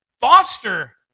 foster